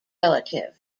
relative